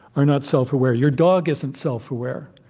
are not self-aware. your dog isn't self-aware.